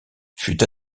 fut